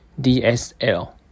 DSL